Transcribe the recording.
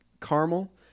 caramel